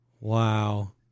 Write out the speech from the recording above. Wow